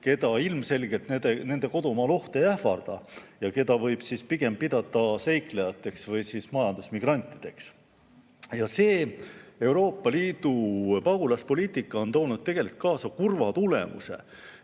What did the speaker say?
keda ilmselgelt nende kodumaal oht ei ähvarda ja keda võib pigem pidada seiklejateks või siis majandusmigrantideks. See Euroopa Liidu pagulaspoliitika on toonud kaasa kurva tulemuse,